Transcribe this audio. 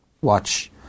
watch